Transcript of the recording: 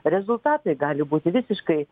rezultatai gali būti visiškai